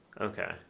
okay